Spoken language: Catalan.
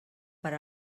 per